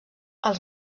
als